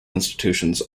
institutions